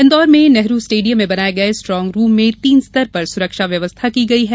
इंदौर में नेहरू स्टेडियम में बनाये गये स्ट्रांग रूम में तीन स्तर पर सुरक्षा व्यवस्था की गई है